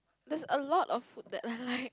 there is a lot of food that I like